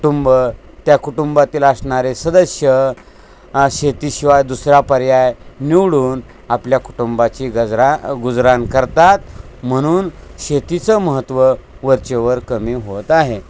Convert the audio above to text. कुटुंब त्या कुटुंबातील असणारे सदस्य शेतीशिवाय दुसऱ्या पर्याय निवडून आपल्या कुटुंबाची गरजा गुजराण करतात म्हणून शेतीचं महत्त्व वरचेवर कमी होत आहे